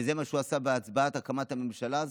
וזה מה שהוא עשה בהצבעה על הקמת הממשלה הזאת,